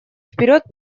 вперед